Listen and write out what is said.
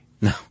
No